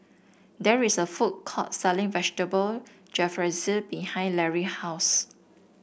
there is a food court selling Vegetable Jalfrezi behind Lary house